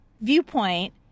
viewpoint